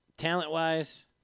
Talent-wise